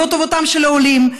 לא טובתם של העולים,